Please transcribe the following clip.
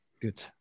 Good